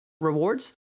rewards